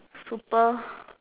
super